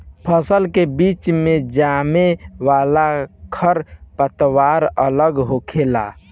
फसल के बीच मे जामे वाला खर पतवार अलग होखेला